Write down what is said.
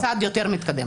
צעד יותר מתקדם.